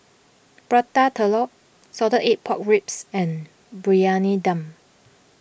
Prata Telur Salted Egg Pork Ribs and Briyani Dum